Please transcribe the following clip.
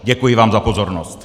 Děkuji vám za pozornost.